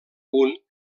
punt